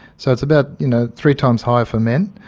so it's about you know three times higher for men.